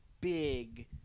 big –